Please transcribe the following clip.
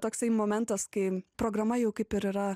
toksai momentas kai programa jau kaip ir yra